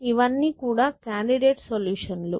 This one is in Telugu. ఇవన్నీ కూడా కాండిడేట్ సొల్యూషన్ లు